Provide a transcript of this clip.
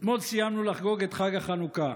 אתמול סיימנו לחגוג את חג החנוכה.